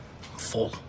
Full